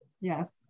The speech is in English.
yes